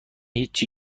هیچی